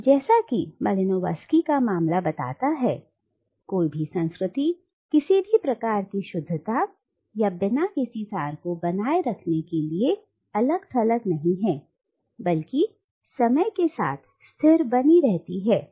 तो जैसा कि मालिनोव्स्की का मामला बताता है कोई भी संस्कृति किसी भी प्रकार की शुद्धता या बिना किसी सार को बनाए रखने के लिए अलग थलग नहीं है बल्कि समय के साथ स्थिर बनी रहती है